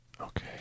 Okay